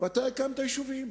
ואתה הקמת יישובים